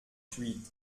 huit